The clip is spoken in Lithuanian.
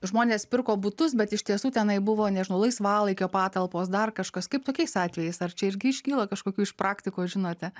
žmonės pirko butus bet iš tiesų tenai buvo nežinau laisvalaikio patalpos dar kažkas kaip tokiais atvejais ar čia irgi iškyla kažkokių iš praktikos žinote